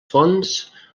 fonts